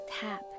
tap